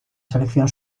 selección